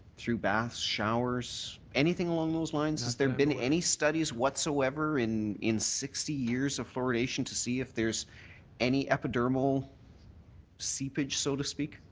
through baths, showers, anything along those lines? has there been any studies whatsoever in in sixty years of fluoridation to see if there's any epidermal seepage, so to speak?